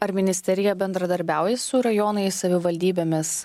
ar ministerija bendradarbiauja su rajonais savivaldybėmis